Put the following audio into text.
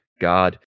God